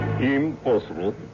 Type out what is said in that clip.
Impossible